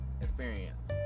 experience